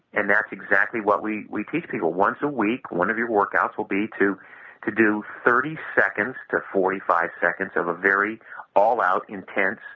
and that's exactly what we we teach people. once a week one of your workouts will be to to do thirty seconds to forty five seconds of a very all-out intent,